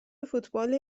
فوتبال